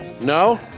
No